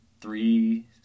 three